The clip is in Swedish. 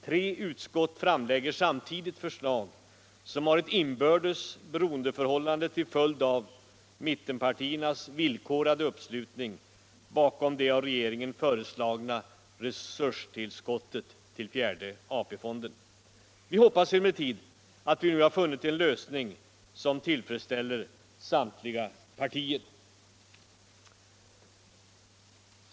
Tre utskott framlägger samtidigt förslag som har ett inbördes beroendeförhållande till följd av mittenpartiernas villkorade uppslutning bakom det av regeringen föreslagna resurstillskottet till fjärde AP-fonden. Vi hoppas emellertid att vi nu har funnit en lösning som tillfredsställer samtliga partier.